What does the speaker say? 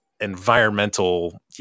environmental